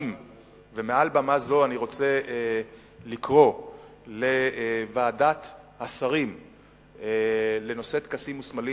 ומעל במה זו אני רוצה לקרוא לוועדת השרים לנושא טקסים וסמלים,